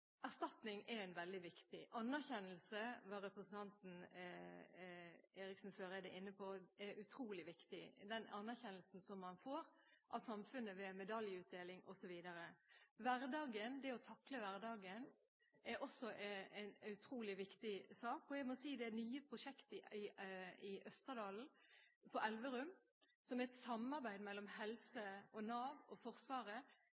Erstatning er veldig viktig. Anerkjennelse, som representanten Eriksen Søreide var inne på, er utrolig viktig – den anerkjennelse som man får fra samfunnet ved medaljeutdeling osv. Det å takle hverdagen er også en utrolig viktig sak. Det nye prosjektet på Elverum i Østerdalen, som er et samarbeid mellom helse, Nav og Forsvaret,